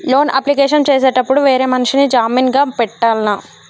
Loan application చేసేటప్పుడు వేరే మనిషిని జామీన్ గా పెట్టాల్నా?